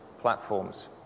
platforms